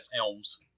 Elms